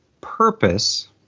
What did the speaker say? purpose